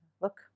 look